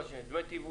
מה שנקרא דמי תיווך.